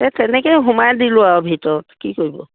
এ তেনেকে সোমাই দিলোঁ আৰু ভিতৰত কি কৰিব